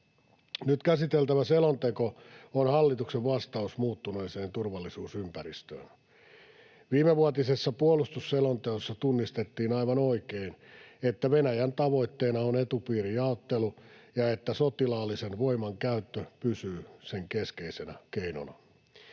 Nyt käsiteltävä selonteko on hallituksen vastaus muuttuneeseen turvallisuusympäristöön. Viimevuotisessa puolustusselonteossa tunnistettiin aivan oikein, että Venäjän tavoitteena on etupiirijaottelu ja että sotilaallisen voiman käyttö pysyy sen keskeisenä keinona.